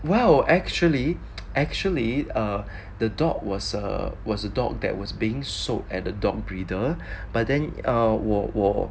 well actually actually err the dog was a was a dog that was being sold at a dog breeder but then err 我我我